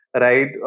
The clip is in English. right